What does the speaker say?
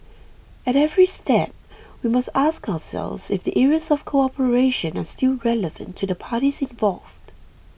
at every step we must ask ourselves if the areas of cooperation are still relevant to the parties involved